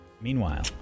Meanwhile